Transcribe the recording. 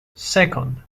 second